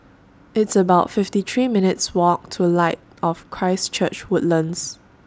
It's about fifty three minutes' Walk to Light of Christ Church Woodlands